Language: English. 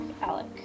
Alec